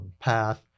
path